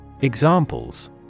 Examples